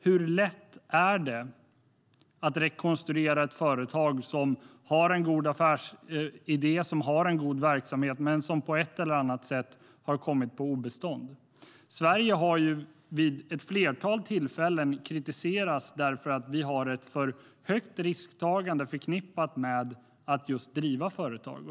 Hur lätt är det att rekonstruera ett företag som har en god affärsidé och som har en god verksamhet men som på ett eller annat sätt har kommit på obestånd? Sverige har vid ett flertal tillfällen kritiserats för att vi har ett för högt risktagande förknippat just med att driva företag.